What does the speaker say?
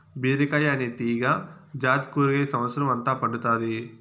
బీరకాయ అనే తీగ జాతి కూరగాయ సమత్సరం అంత పండుతాది